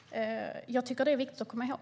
Det tycker jag är viktigt att komma ihåg.